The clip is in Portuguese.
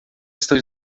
estão